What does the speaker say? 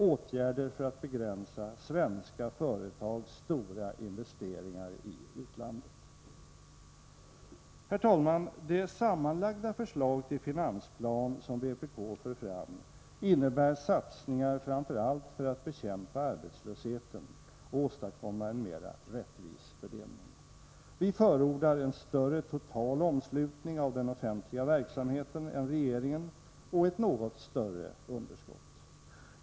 Åtgärder för att begränsa svenska företags stora investeringar i utlandet. Fru talman! Det sammanlagda förslag till finansplan som vpk för fram innebär satsningar framför allt för att bekämpa arbetslösheten och åstadkomma en mera rättvis fördelning. Vi förordar en större total omslutning av den offentliga verksamheten än regeringen och ett något större underskott.